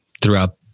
throughout